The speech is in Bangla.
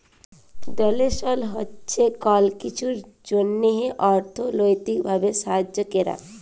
ডোলেসল হছে কল কিছুর জ্যনহে অথ্থলৈতিক ভাবে সাহায্য ক্যরা